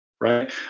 right